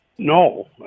No